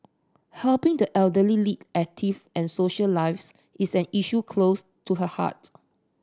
helping the elderly lead active and social lives is an issue close to her heart